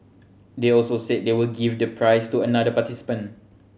they also said they will give the prize to another participant